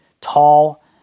Tall